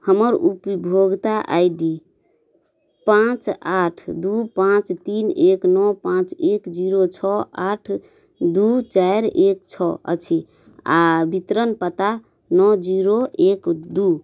हमर उपभोक्ता I D पाँच आठ दुइ पाँच तीन एक नओ पाँच एक जीरो छओ आठ दुइ चारि एक छओ अछि आओर वितरण पता नओ जीरो एक दुइ